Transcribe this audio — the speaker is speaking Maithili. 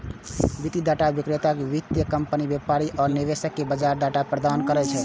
वित्तीय डाटा विक्रेता वित्तीय कंपनी, व्यापारी आ निवेशक कें बाजार डाटा प्रदान करै छै